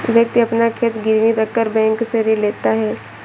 व्यक्ति अपना खेत गिरवी रखकर बैंक से ऋण लेता है